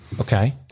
Okay